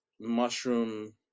mushroom